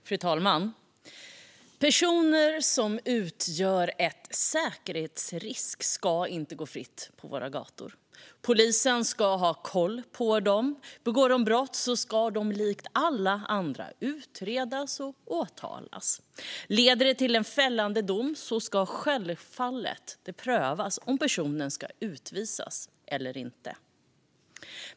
Fru talman! Personer som utgör en säkerhetsrisk ska inte gå fritt på våra gator. Polisen ska ha koll på dem. Begår de brott ska de likt alla andra utredas och åtalas. Leder det till en fällande dom ska det självfallet prövas om personen ska utvisas eller inte.